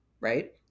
right